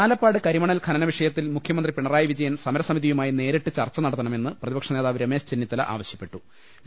ആലപ്പാട് കരിമണൽ ഖനന വിഷയത്തിൽ മുഖ്യമന്ത്രി പിണ റായി വിജയൻ സമരസമിതിയുമായി നേരിട്ട് ച്ടർച്ച് നടത്തണമെന്ന് പ്രതിപക്ഷനേതാവ് രമേശ് ചെന്നിത്തല ആവ്ശ്യപ്പെട്ടു്